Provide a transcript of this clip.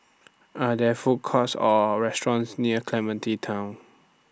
Are There Food Courts Or restaurants near Clementi Town